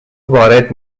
وارد